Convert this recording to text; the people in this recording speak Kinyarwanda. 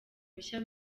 mushya